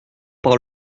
par